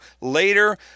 later